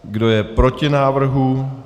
Kdo je proti návrhu?